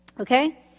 okay